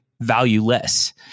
valueless